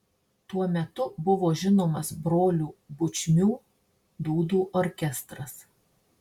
tuo metu buvo žinomas brolių bučmių dūdų orkestras